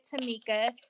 Tamika